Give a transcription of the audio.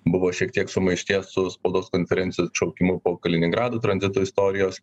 buvo šiek tiek sumaišties su spaudos konferencijų atšaukimu po kaliningrado tranzito istorijos